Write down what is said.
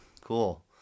Cool